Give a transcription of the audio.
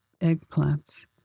eggplants